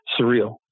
surreal